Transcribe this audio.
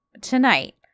tonight